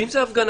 ואם זו הפגנה?